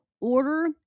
order